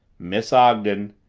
miss ogden,